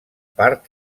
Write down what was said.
part